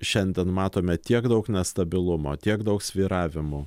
šiandien matome tiek daug nestabilumo tiek daug svyravimų